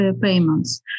payments